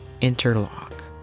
interlock